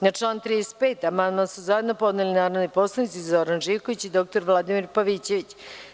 Na član 35. amandman su zajedno podneli narodni poslanici Zoran Živković i dr Vladimir Pavićević.